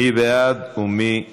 מי בעד ומי נגד?